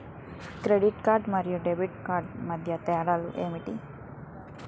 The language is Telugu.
క్రెడిట్ కార్డ్ మరియు డెబిట్ కార్డ్ మధ్య తేడా ఎంటి?